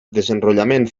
desenrotllament